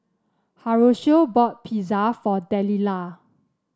Horacio bought Pizza for Delila